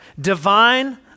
Divine